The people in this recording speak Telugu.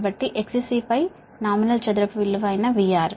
కాబట్టి XC పై నామినల్ VR వర్గమూలం అవుతుంది